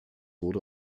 wurde